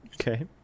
okay